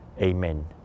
Amen